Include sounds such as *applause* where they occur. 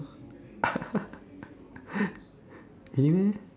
*laughs* anyway